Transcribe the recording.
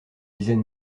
dizaine